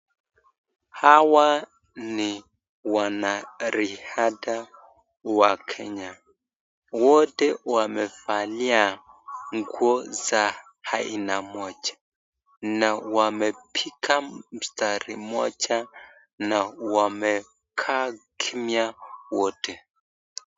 Hawa ni wanariadha wa Kenya, wote wamevalia nguo za aina moja na wamepiga mstari moja na wamekaa kimya wote.